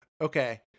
okay